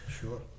Sure